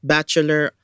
Bachelor